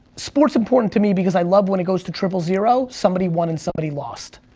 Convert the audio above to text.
sport's important to me because i love when it goes to triple zero, somebody won and somebody lost.